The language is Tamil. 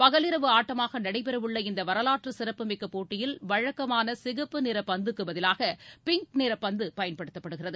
பகலிரவு ஆட்டமாக நடைபெறவுள்ள இந்த வரலாற்று சிறப்புமிக்க போட்டியில் வழக்கமான சிகப்பு நிற பந்துக்கு பதிலாக பிங்க் நிற பந்து பயன்படுத்தப்படுகிறது